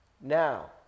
now